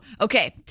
Okay